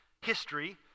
history